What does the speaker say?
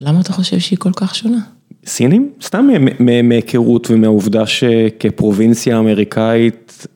למה אתה חושב שהיא כל כך שונה? סינים? סתם מהיכרות ומהעובדה שכפרובינציה אמריקאית.